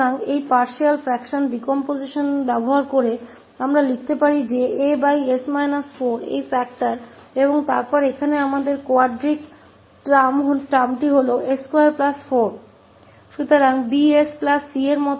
तो इस आंशिक अंश अपघटन का उपयोग करके हमारे पास जो है वह अबलिखा जा सकता है A यह कारक और फिर यहां हमारे पास यह क्वाड्रिक शब्द s24 है